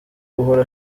uhora